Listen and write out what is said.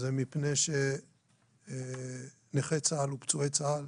זה מפני שנכי צה"ל ופצועי צה"ל